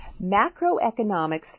Macroeconomics